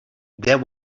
there